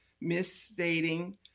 misstating